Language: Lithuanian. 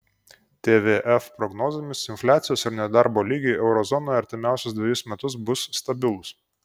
tvf prognozėmis infliacijos ir nedarbo lygiai euro zonoje artimiausius dvejus metus bus stabilūs